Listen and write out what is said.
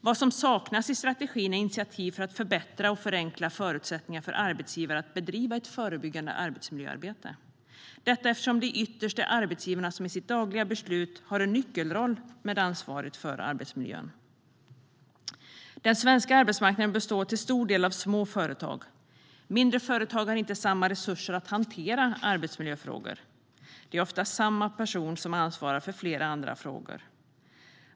Vad som saknas i strategin är initiativ för att förbättra och förenkla förutsättningarna för arbetsgivare att bedriva förebyggande arbetsmiljöarbete. Ytterst är det ju arbetsgivarna som i sina dagliga beslut har en nyckelroll i ansvaret för arbetsmiljön. Den svenska arbetsmarknaden består till stor del av små företag. Mindre företag har inte samma resurser att hantera arbetsmiljöfrågor. De handhas oftast av samma person som ansvarar för flera andra frågor.